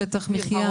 שטח מחייה.